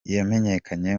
yamenyekanye